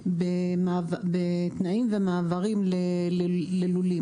בתנאים ומעברים ללולים,